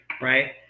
right